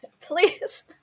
Please